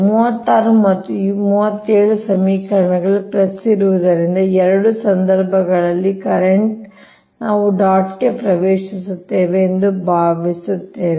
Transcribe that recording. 36 ಮತ್ತು 37 ಸಮಿಕರಣಗಳಲ್ಲಿ ಇರುವುದರಿಂದ ಎರಡೂ ಸಂದರ್ಭಗಳಲ್ಲಿ ಕರೆಂಟ್ ನಾವು ಡಾಟ್ ಗೆ ಪ್ರವೇಶಿಸುತ್ತೇವೆ ಎಂದು ಭಾವಿಸುತ್ತೇವೆ